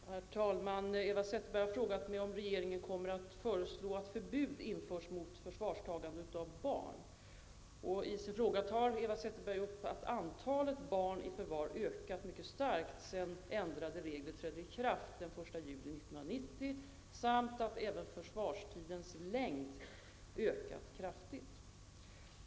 Herr talman! Eva Zetterberg har frågat mig om regeringen kommer att föreslå att förbud införs mot förvarstagande av barn. I sin fråga tar Eva Zetterberg upp att antalet barn i förvar ökat mycket starkt sedan ändrade regler trädde i kraft den 1 juli 1990 samt att även förvarstidens längd ökat kraftigt.